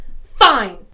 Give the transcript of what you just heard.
Fine